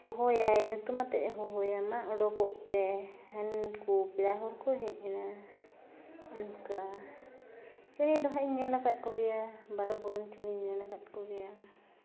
ᱦᱚᱦᱚᱭᱟᱭ ᱧᱩᱛᱩᱢᱟᱛᱮᱫ ᱮ ᱦᱚᱦᱚᱭᱟ ᱢᱟ ᱚᱰᱚᱠᱚᱜ ᱯᱮ ᱦᱟᱱᱠᱩ ᱯᱮᱲᱟ ᱦᱚᱲ ᱠᱚ ᱦᱮᱡ ᱮᱱᱟ ᱚᱱᱠᱟ ᱪᱮᱬᱮ ᱫᱚ ᱦᱟᱸᱜ ᱤᱧ ᱧᱮᱞ ᱟᱠᱟᱫ ᱠᱚᱜᱮᱭᱟ ᱵᱟᱨᱚ ᱵᱚᱨᱚᱱ ᱪᱮᱬᱮᱧ ᱧᱮᱞ ᱟᱠᱟᱫ ᱠᱚᱜᱮᱭᱟ